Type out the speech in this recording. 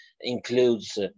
includes